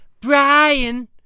Brian